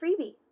freebie